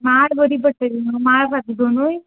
माळ बरी पडटली न्हू माळ दोनूय